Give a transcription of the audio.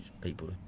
people